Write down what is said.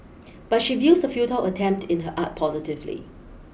but she views the futile attempt in her art positively